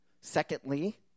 Secondly